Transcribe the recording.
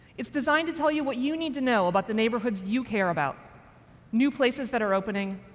it's designed to tell you what you need to know about the neighborhoods you care about new places that are opening,